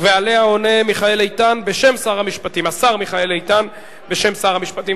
ועליה יענה השר מיכאל איתן בשם שר המשפטים.